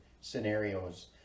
scenarios